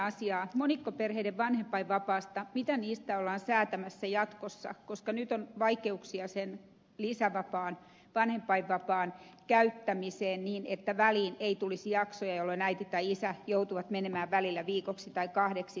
mitä monikkoperheiden vanhempainvapaasta ollaan säätämässä jatkossa jotta sen vanhempainvapaan käyttämisessä väliin ei tulisi jaksoja jolloin äiti tai isä joutuu menemään välillä viikoksi tai kahdeksi töihin